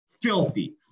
Filthy